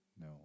No